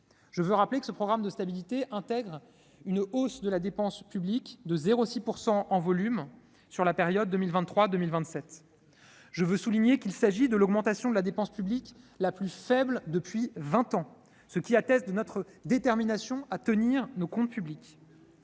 Je rappelle que le programme de stabilité intègre une hausse de la dépense publique de 0,6 % en volume sur la période 2023-2027. C'est, je le souligne, l'augmentation de la dépense publique la plus faible depuis vingt ans, ce qui atteste de notre détermination à tenir nos comptes.